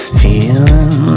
feeling